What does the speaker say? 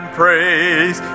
praise